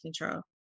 control